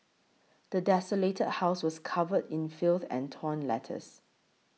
the desolated house was covered in filth and torn letters